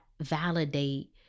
validate